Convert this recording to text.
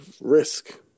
risk